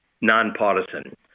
nonpartisan